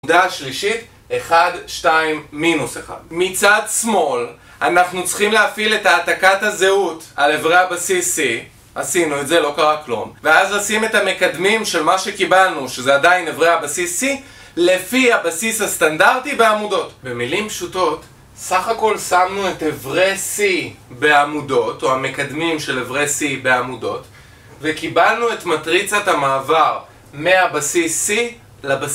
עמודה שלישית, 1, 2, מינוס 1 מצד שמאל, אנחנו צריכים להפעיל את העתקת הזהות על אברי הבסיס C עשינו את זה, לא קרה כלום ואז נשים את המקדמים של מה שקיבלנו, שזה עדיין אברי הבסיס C לפי הבסיס הסטנדרטי בעמודות במילים פשוטות, סך הכל שמנו את אברי C בעמודות או המקדמים של אברי C בעמודות וקיבלנו את מטריצת המעבר מהבסיס C לבסיס